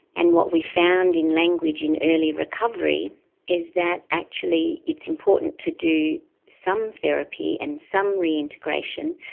and what we found in language in early recovery is that actually it's important to do some therapy and some reintegration,